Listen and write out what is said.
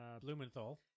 Blumenthal